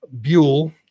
Buell